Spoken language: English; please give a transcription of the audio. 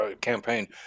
campaign